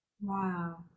Wow